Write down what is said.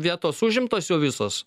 vietos užimtos jau visos